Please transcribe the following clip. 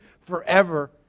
forever